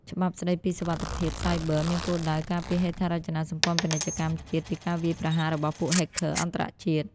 ច្បាប់ស្ដីពីសុវត្ថិភាពសាយប័រ មានគោលដៅការពារហេដ្ឋារចនាសម្ព័ន្ធពាណិជ្ជកម្មជាតិពីការវាយប្រហាររបស់ពួក Hacker អន្តរជាតិ។